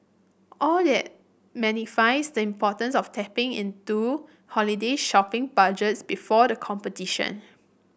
all that magnifies the importance of tapping into holiday shopping budgets before the competition